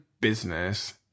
business